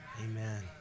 Amen